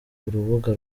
urubuga